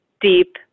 deep